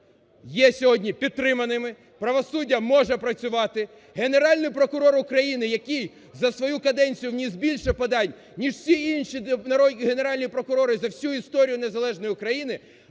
є сьогодні підтриманими, правосуддя може працювати, Генеральний прокурор України, який за свою каденцію вніс більше подань ніж всі інші генеральні прокурори за всю історію незалежної України,